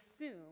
assume